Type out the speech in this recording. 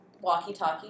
walkie-talkie